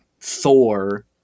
Thor